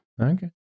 Okay